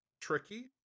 tricky